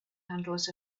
handles